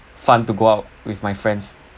fun to go out with my friends